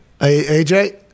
Aj